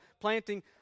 planting